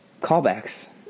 callbacks